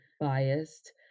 biased